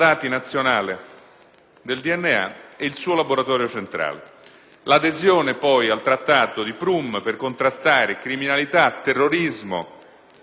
del DNA e il suo laboratorio centrale. L'adesione poi al Trattato di Prum, per contrastare criminalità, terrorismo e migrazioni